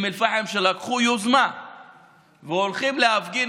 אל-פחם שלקחו יוזמה והולכים להפגין,